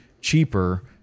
cheaper